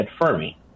Fermi